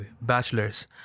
bachelor's